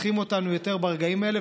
צריכים אותנו יותר ברגעים האלה,